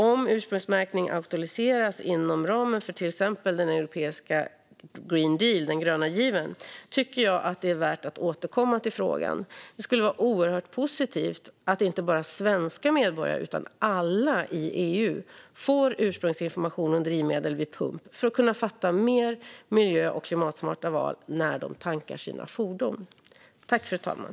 Om ursprungsmärkning aktualiseras inom ramen för till exempel den europeiska Green Deal - den gröna given - tycker jag att det är värt att återkomma till frågan. Det skulle vara oerhört positivt att inte bara svenska medborgare utan alla i EU får ursprungsinformation om drivmedel vid pump för att kunna fatta mer miljö och klimatsmarta val när de tankar sina fordon.